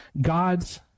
God's